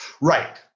Right